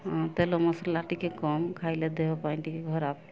ତେଲ ମସଲା ଟିକେ କମ୍ ଖାଇଲେ ଦେହ ପାଇଁ ଟିକେ ଖରାପ